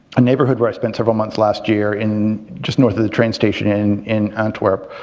a neighbourhood where i spent several months last year in, just north of the train station, in in antwerp,